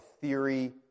theory